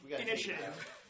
initiative